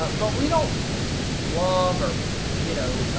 but we don't vlog, or you know,